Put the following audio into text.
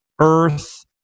earth